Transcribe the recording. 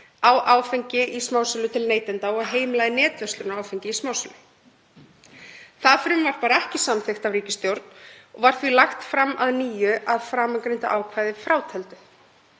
á áfengi í smásölu til neytenda og heimilaði netverslun á áfengi í smásölu. Það frumvarp var ekki samþykkt af ríkisstjórn og var því lagt fram að nýju að framangreindu ákvæði frátöldu.